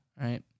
right